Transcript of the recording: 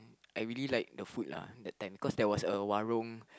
I really liked the food lah that time cause there was a warung